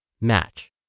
match